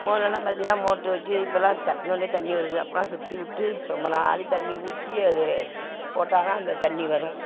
முதலல்லாம் பார்த்திங்கனா மோட்ரு வச்சு இப்போலாம் தட்டின ஒடன்னே தண்ணி வருது அப்போலாம் சுத்திவிட்டு ரொம்ப நாள் தண்ணி ஊற்றி அது போட்டாதான் அந்த தண்ணி வரும்